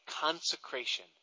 consecration